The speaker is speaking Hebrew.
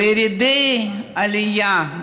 בירידי עלייה,